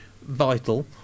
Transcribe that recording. vital